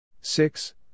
Six